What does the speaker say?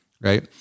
right